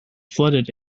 flooded